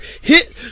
hit